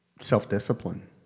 self-discipline